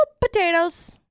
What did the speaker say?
potatoes